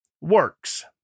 works